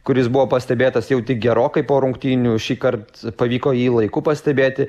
kuris buvo pastebėtas jau tik gerokai po rungtynių šįkart pavyko jį laiku pastebėti